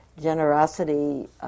generosity